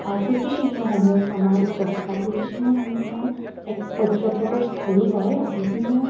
কীৰ্তিচিহ্নসমূহ আমাৰ ওচৰত থকা কীৰ্তিচিহ্নসমূহ এক পৰ্যটকৰ স্থলী হয় বিভিন্ন